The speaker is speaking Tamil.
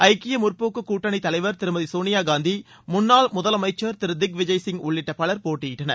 ஐக்கிய முற்போக்கு கூட்டணித் தலைவர் திருமதி சோனியா காந்தி முன்னாள் முதலமைச்சர் திரு திக்விஜப் சிங் உள்ளிட்ட பலர் போட்டியிட்டனர்